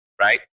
right